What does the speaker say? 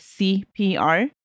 CPR